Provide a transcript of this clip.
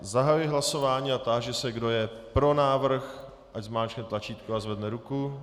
Zahajuji hlasování a táži se, kdo je pro návrh, ať zmáčkne tlačítko a zvedne ruku.